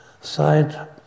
side